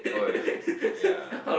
oh yeah yeah